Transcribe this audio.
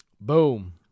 Boom